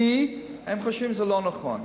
כי הם חושבים שזה לא נכון.